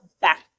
back